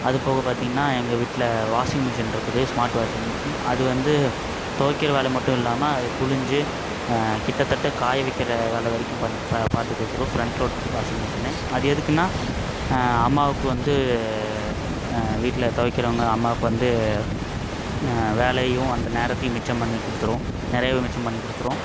அதுபோக பார்த்தீங்கன்னா எங்கள் வீட்டில் வாஷிங் மிஷின் இருக்குது ஸ்மார்ட் வாஷிங் மிஷின் அது வந்து துவைக்கிற வேலை மட்டும் இல்லாமல் அது புழுஞ்சு கிட்டேத்தட்ட காய வைக்கிற வேலை வரைக்கும் பண்டு ப பார்த்து கொடுத்துரும் ஃப்ரெண்ட் லோட் வாஷிங் மிஷின்னு அது எதுக்குன்னா அம்மாவுக்கு வந்து வீட்டில் துவைக்கிறவுங்க அம்மாவுக்கு வந்து வேலையும் அந்த நேரத்தையும் மிச்சம் பண்ணி கொடுத்துரும் நிறையவே மிச்சம் பண்ணி கொடுத்துரும்